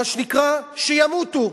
מה שנקרא, "שימותו".